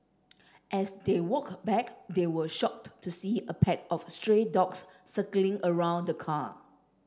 as they walk back they were shocked to see a pack of stray dogs circling around car